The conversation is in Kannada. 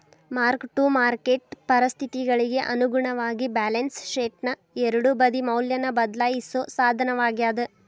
ಮಾರ್ಕ್ ಟು ಮಾರ್ಕೆಟ್ ಪರಿಸ್ಥಿತಿಗಳಿಗಿ ಅನುಗುಣವಾಗಿ ಬ್ಯಾಲೆನ್ಸ್ ಶೇಟ್ನ ಎರಡೂ ಬದಿ ಮೌಲ್ಯನ ಬದ್ಲಾಯಿಸೋ ಸಾಧನವಾಗ್ಯಾದ